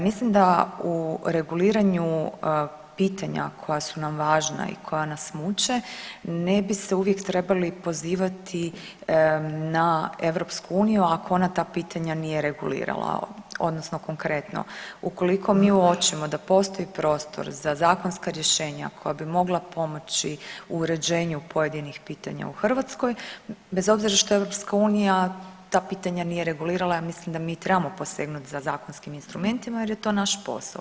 Mislim da u reguliranju pitanja koja su nam važna i koja nas muče ne bi se uvijek trebali pozivati na EU ako ona ta pitanja nije regulirala odnosno konkretno ukoliko mi uočimo da postoji prostor za zakonska rješenja koja bi mogla pomoći u uređenju pojedinih pitanja u Hrvatskoj bez obzira što EU ta pitanja nije regulirala ja mislim da mi trebamo posegnuti za zakonskim instrumentima jer je to naš posao.